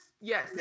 yes